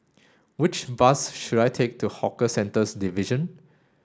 which bus should I take to Hawker Centres Division